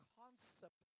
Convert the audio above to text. concept